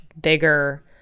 bigger